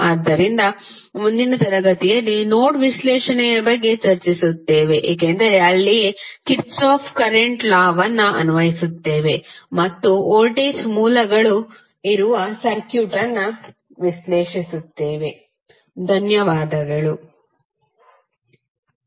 ಆದ್ದರಿಂದ ಮುಂದಿನ ತರಗತಿಯಲ್ಲಿ ನೋಡ್ ವಿಶ್ಲೇಷಣೆಯ ಬಗ್ಗೆ ಚರ್ಚಿಸುತ್ತೇವೆ ಏಕೆಂದರೆ ಅಲ್ಲಿಯೇ ಕಿರ್ಚಾಫ್ ಕರೆಂಟ್ ಲಾ ವನ್ನು ಅನ್ವಯಿಸುತ್ತೇವೆ ಮತ್ತು ವೋಲ್ಟೇಜ್ ಮೂಲಗಳು ಇರುವ ಸರ್ಕ್ಯೂಟ್ ಅನ್ನು ವಿಶ್ಲೇಷಿಸುತ್ತೇವೆ ಧನ್ಯವಾದಗಳು